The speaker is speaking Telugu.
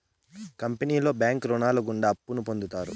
కంపెనీలో బ్యాంకు రుణాలు గుండా అప్పును పొందుతారు